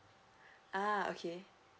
ah okay